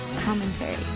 commentary